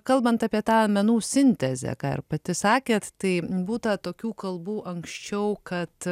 kalbant apie tą menų sintezę ką ir pati sakėt tai būta tokių kalbų anksčiau kad